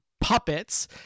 puppets